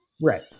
Right